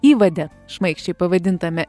įvade šmaikščiai pavadintame